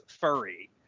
furry